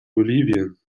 bolivien